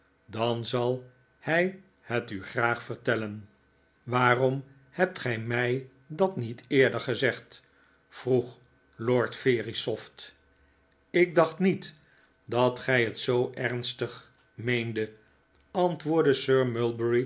mooi meisje hij het u graag vertellen waarom hebt gij mij dat niet eerder gezegd vroeg lord verisopht ik dacht niet dat gij het zoo ernstig meendet antwoordde